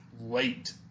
late